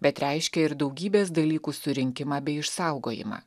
bet reiškia ir daugybės dalykų surinkimą bei išsaugojimą